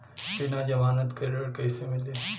बिना जमानत के ऋण कईसे मिली?